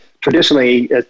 traditionally